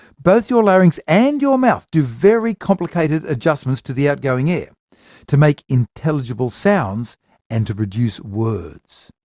both your larynx and your mouth do very complicated adjustments to the outgoing air to make intelligible sounds and to produce words.